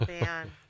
man